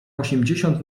osiemdziesiąt